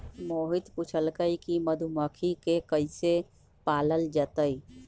मोहित पूछलकई कि मधुमखि के कईसे पालल जतई